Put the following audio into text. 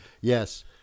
Yes